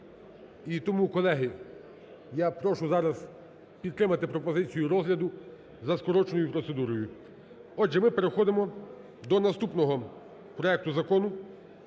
І тому, колеги, я прошу зараз підтримати пропозицію розгляду за скороченою процедурою. Отже, ми переходимо до наступного проекту закону.